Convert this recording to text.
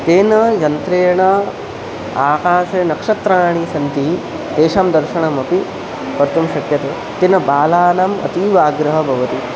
तेन यन्त्रेण आकाशे नक्षत्राणि सन्ति तेषां दर्शनमपि कर्तुं शक्यते तेन बालानाम् अतीव आग्रहः भवति